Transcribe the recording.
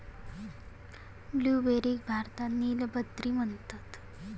ब्लूबेरीक भारतात नील बद्री म्हणतत